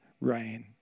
rain